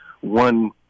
one